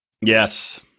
Yes